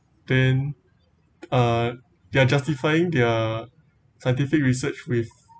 then uh they're justifying their scientific research with